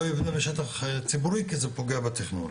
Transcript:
ייבנה בשטח ציבורי כי זה פוגע בתכנון.